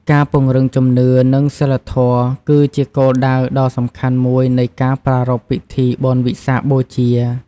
ការពង្រឹងជំនឿ និងសីលធម៌ គឺជាគោលដៅដ៏សំខាន់មួយនៃការប្រារព្ធពិធីបុណ្យវិសាខបូជា។